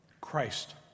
Christ